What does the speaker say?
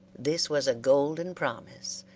this was a golden promise,